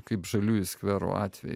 kaip žaliųjų skverų atveju